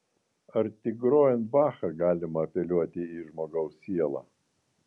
ar tik grojant bachą galima apeliuoti į žmogaus sielą